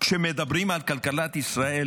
כשמדברים על כלכלת ישראל